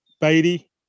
Beatty